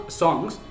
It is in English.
songs